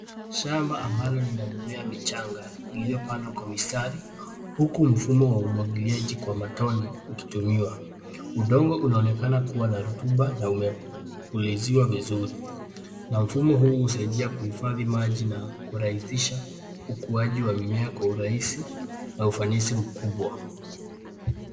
Shamba ambalo lina mimea michanga iliyopandwa kwa mistari huku mfumo wa umwagiliaji kwa matone ukitumiwa. Udongo unaonekana kuwa na rutuba na umefuliziwa vizuri. Mfumo huu husaidia kuhifadhi maji na kurahisisha ukuaji wa mimea kwa urahisi na ufanisi mkubwa.